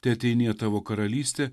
teateinie tavo karalystė